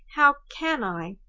how can i?